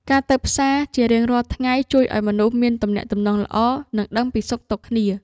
ការទៅផ្សារជារៀងរាល់ថ្ងៃជួយឱ្យមនុស្សមានទំនាក់ទំនងល្អ និងដឹងពីសុខទុក្ខគ្នា។